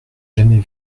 jamais